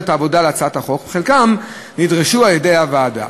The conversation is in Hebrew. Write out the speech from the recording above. העבודה על הצעת החוק וחלקם נדרשו על-ידי הוועדה.